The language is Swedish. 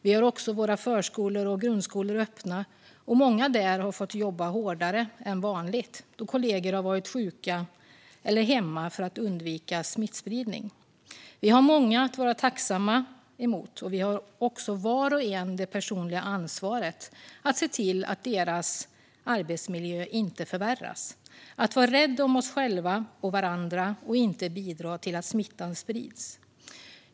Vi har också våra förskolor och grundskolor öppna, och många där har fått jobba hårdare än vanligt då kollegor har varit sjuka eller hemma för att undvika smittspridning. Vi har många att vara tacksamma mot. Vi har också var och en det personliga ansvaret att se till att deras arbetsmiljö inte förvärras, att vara rädda om oss själva och varandra och inte bidra till att smittan sprids.